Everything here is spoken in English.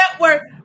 Network